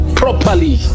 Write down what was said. properly